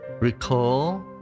Recall